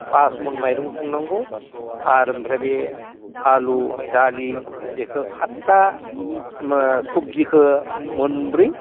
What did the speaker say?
फासमन माइरं संनांगौ आरो ओमफ्राय बे आलु दालि बेखो खात्ता सबजिखो मोनब्रै